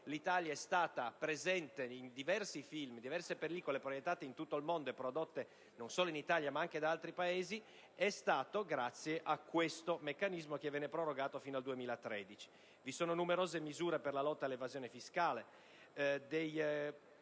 l'Italia è stata presente in diverse pellicole proiettate in tutto il mondo e prodotte non solo in Italia, ma anche in altri Paesi, è stato grazie a questo meccanismo, che viene prorogato fino al 2013. Vi sono poi numerose misure per la lotta all'evasione fiscale e misure